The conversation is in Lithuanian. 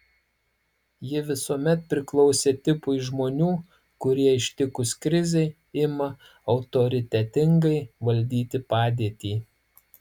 ji visuomet priklausė tipui žmonių kurie ištikus krizei ima autoritetingai valdyti padėtį